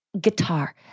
guitar